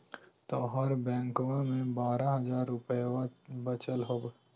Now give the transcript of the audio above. तोहर बैंकवा मे बारह हज़ार रूपयवा वचल हवब